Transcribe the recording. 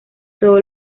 todos